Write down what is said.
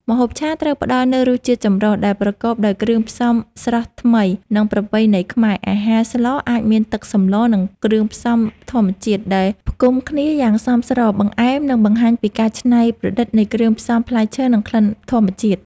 ម្ហូបឆាត្រូវផ្តល់នូវរសជាតិចម្រុះ ដែលប្រកបដោយគ្រឿងផ្សំស្រស់ថ្មីនិងប្រពៃណីខ្មែរ អាហារស្លអាចមានទឹកសម្ល និងគ្រឿងផ្សំធម្មជាតិដែលផ្គុំគ្នាយ៉ាងសមស្រប បង្អែមនឹងបង្ហាញពីការច្នៃប្រឌិតនៃគ្រឿងផ្សំផ្លែឈើ និងក្លិនធម្មជាតិ